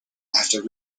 after